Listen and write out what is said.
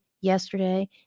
yesterday